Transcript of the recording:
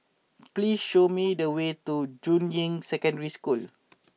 please show me the way to Juying Secondary School